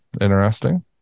interesting